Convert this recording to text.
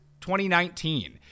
2019